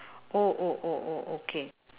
oh oh oh oh okay